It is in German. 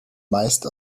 meist